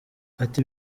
ati